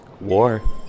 war